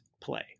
play